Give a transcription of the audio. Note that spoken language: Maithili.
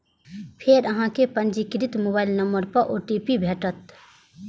फेर अहां कें पंजीकृत मोबाइल नंबर पर ओ.टी.पी भेटत